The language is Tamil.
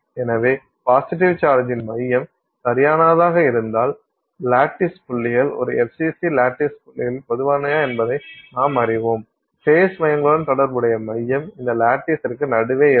எனவே பாசிட்டிவ் சார்ஜின் மையம் சரியானதாக இருந்தால் லாட்டிஸ் புள்ளிகள் ஒரு FCC லாட்டிஸ் புள்ளியின் பொதுவானவையா என்பதை நாம் அறிவோம் ஃபேஸ் மையங்களுடன் தொடர்புடைய மையம் இந்த லாட்டிஸ்க்கு நடுவே இருக்கும்